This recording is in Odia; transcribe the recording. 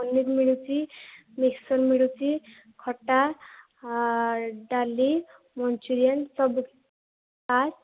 ପନୀର ମିଳୁଛି ମିକ୍ସଚର୍ ମିଳୁଛି ଖଟା ଆଉ ଡାଲି ମଞ୍ଚୁରିଆନ୍ ସବୁ ଚାଟ୍